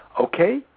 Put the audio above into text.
Okay